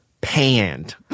panned